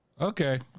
Okay